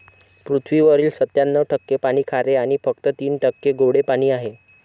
पृथ्वीवरील सत्त्याण्णव टक्के पाणी खारे आणि फक्त तीन टक्के गोडे पाणी आहे